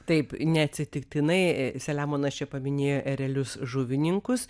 taip neatsitiktinai saliamonas čia paminėjo erelius žuvininkus